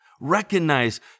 recognize